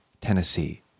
Tennessee